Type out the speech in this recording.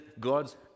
God's